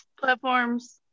platforms